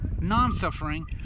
non-suffering